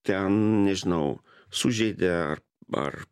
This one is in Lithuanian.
ten nežinau sužeidė ar ar